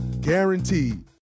guaranteed